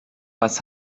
was